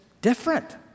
different